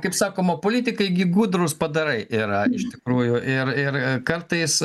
kaip sakoma politikai gi gudrūs padarai yra iš tikrųjų ir ir kartais